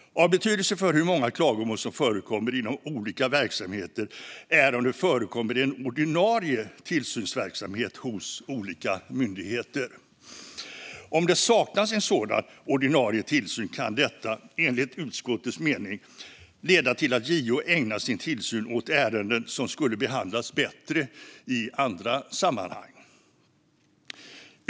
Av betydelse för hur många klagomål som förekommer inom olika verksamheter är om det förekommer en ordinarie tillsynsverksamhet hos olika myndigheter. Om det saknas en sådan ordinarie tillsyn kan detta enligt utskottets mening leda till att JO ägnar sin tillsyn åt ärenden som skulle behandlas bättre i andra sammanhang.